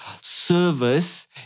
service